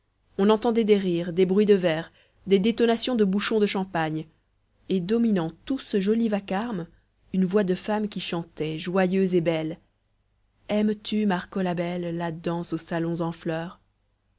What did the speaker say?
on entendait des rires des bruits de verres des détonations de bouchons de champagne et dominant tout ce joli vacarme une voix de femme qui chantait joyeuse et claire aimes-tu marco la belle la danse aux salons en fleurs